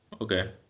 okay